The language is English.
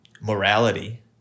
morality